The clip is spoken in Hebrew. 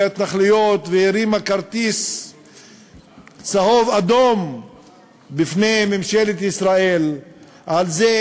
ההתנחלויות והרימה כרטיס צהוב-אדום בפני ממשלת ישראל על זה